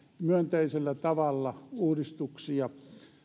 myönteisellä tavalla uudistuksia